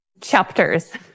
chapters